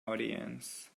audience